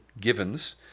givens